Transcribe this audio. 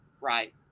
right